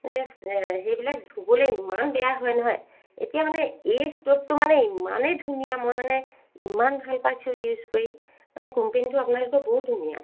এনে সেইবিলাক ধুবলৈ ইমান বেয়া হয় নহয় এতিয়া মানে এই ষ্টভ'টো মানে ইমানেই ধুনীয়া মই মানে ইমান ভাল পাইছোঁ ইউজ কৰি মানে কোম্পেনীটো আপোনালোকৰ বহুত ধুনীয়া